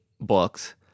books